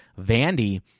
Vandy